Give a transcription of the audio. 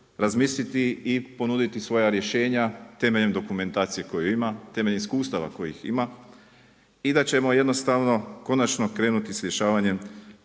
razmisliti i ponuditi svoja rješenja temeljem dokumentacije koju ima, temeljem iskustava kojih ima i da ćemo jednostavno konačno krenuti sa rješavanjem